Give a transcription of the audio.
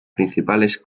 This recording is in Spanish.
principales